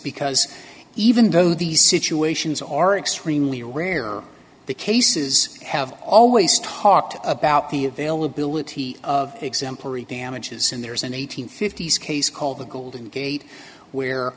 because even though these situations are extremely rare the cases have always talked about the availability of exemplary damages and there was an eight hundred fifty s case called the golden gate where